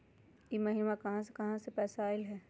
इह महिनमा मे कहा कहा से पैसा आईल ह?